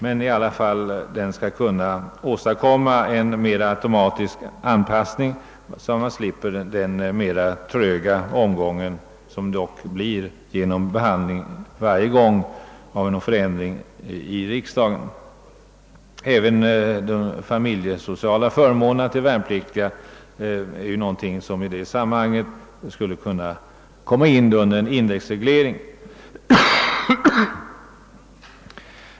Men den skall i alla fall kunna åstadkomma 'en mera automatisk an passning, så att man slipper den mera tröga omgång som det dock blir genom behandling i riksdagen varje gång en förbättring skall ske. Även de familjesociala förmånerna till de värnpliktiga är någonting som i det sammanhanget skulle kunna indexregleras.